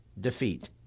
defeat